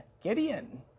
Gideon